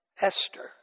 Esther